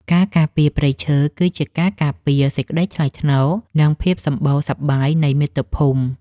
ការការពារព្រៃឈើ គឺជាការការពារសេចក្តីថ្លៃថ្នូរ និងភាពសម្បូរសប្បាយនៃមាតុភូមិ។